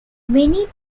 many